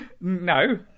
no